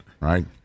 right